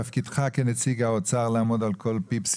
תפקידך כנציג האוצר לעמוד על כל פיפס,